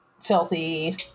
filthy